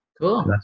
Cool